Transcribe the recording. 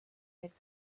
had